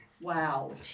Wow